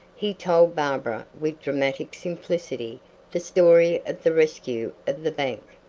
he told barbara with dramatic simplicity the story of the rescue of the bank.